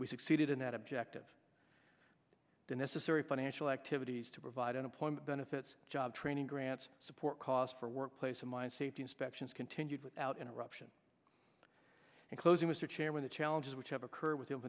we succeeded in that objective the necessary financial activities to provide unemployment benefits job training grants support costs for work place of mine safety inspections continued without interruption and closing mr chairman the challenges which have occurred with